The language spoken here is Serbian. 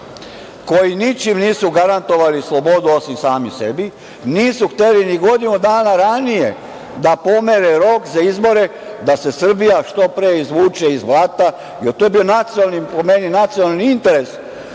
koji ničim nisu garantovali slobodu osim sami sebi, nisu hteli ni godinu dana ranije da pomere rok za izbore da se Srbija što pre izvuče iz blata, jer to je po meni bio nacionalni interes